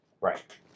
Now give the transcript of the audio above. Right